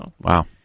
Wow